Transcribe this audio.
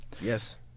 Yes